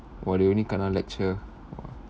!wah! they only knna lecture !wah!